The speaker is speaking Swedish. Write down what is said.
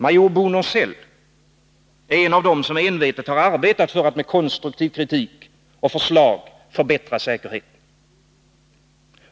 Major Bo Nåsell är en av dem som envetet har arbetat för att med förslag och konstruktiv kritik förbättra säkerheten.